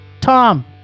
Tom